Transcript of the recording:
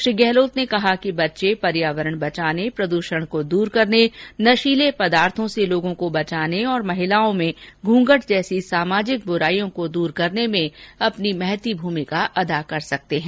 श्री गहलोत ने कहा कि बच्चे पर्यावरण बचाने प्रदूषण को दूर करने नशीले पदार्थो से लोगों को बचाने तथा महिलाओं में घूंघट जैसी सामाजिक बुराइयों को दूर करने में अपनी महती भूमिका अदा कर सकते हैं